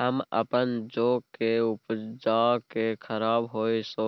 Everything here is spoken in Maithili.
हम अपन जौ के उपज के खराब होय सो